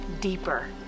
deeper